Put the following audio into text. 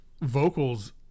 vocals